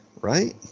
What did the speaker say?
Right